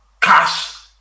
cash